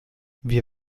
wir